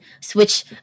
switch